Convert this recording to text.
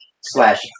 slash